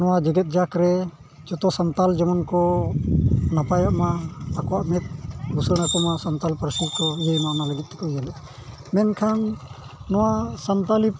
ᱱᱚᱣᱟ ᱡᱮᱜᱮᱫ ᱡᱟᱠᱟᱫ ᱨᱮ ᱡᱚᱛᱚ ᱥᱟᱱᱛᱟᱲ ᱡᱮᱢᱚᱱ ᱠᱚ ᱱᱟᱯᱟᱭᱚᱜᱼᱢᱟ ᱟᱠᱚᱣᱟᱜ ᱢᱮᱸᱫ ᱵᱩᱥᱟᱹᱲᱟᱠᱚ ᱢᱟ ᱥᱟᱱᱛᱟᱲ ᱯᱟᱹᱨᱥᱤ ᱠᱚ ᱤᱭᱟᱹᱭ ᱢᱟ ᱚᱱᱟ ᱞᱟᱹᱜᱤᱫ ᱛᱮᱠᱚ ᱤᱭᱟᱹᱞᱮᱫ ᱢᱮᱱᱠᱷᱟᱱ ᱱᱚᱣᱟ ᱥᱟᱱᱛᱟᱲᱤ